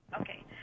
Okay